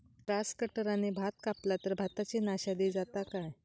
Grass कटराने भात कपला तर भाताची नाशादी जाता काय?